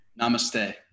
namaste